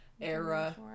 era